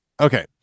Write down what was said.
okay